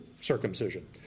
circumcision